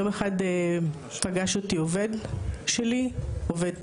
יום אחד פגש אותי עובד שלי, עובד טרנס.